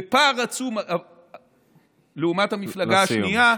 בפער העצום לעומת המפלגה השנייה,